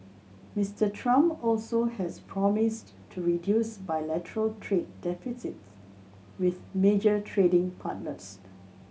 Mister Trump also has promised to reduce bilateral trade deficits with major trading partners